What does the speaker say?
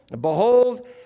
Behold